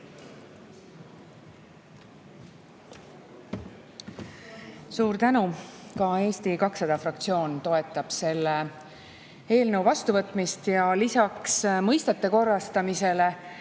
Suur tänu! Ka Eesti 200 fraktsioon toetab selle eelnõu vastuvõtmist. Lisaks mõistete korrastamisele